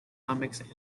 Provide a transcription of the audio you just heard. comics